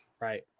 Right